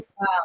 wow